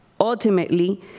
ultimately